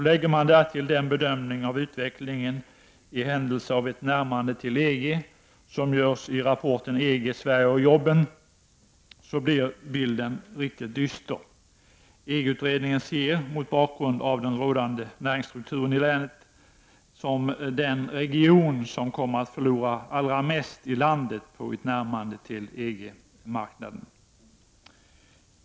Lägger man därtill den bedömning av utvecklingen som skulle komma till stånd i händelse av ett närmande till EG som görs i rapporten ”EG. Sverige och jobben” blir bilden riktigt dyster. EG-utredningen ser mot bakgrund av den rådande näringsstrukturen länet som den region som kommer att förlora mest i landet på ett närmande till EG-marknaden.